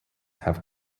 have